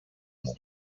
μου